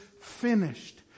finished